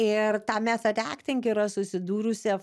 ir ta method acting yra susidūrusi